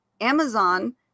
Amazon